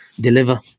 deliver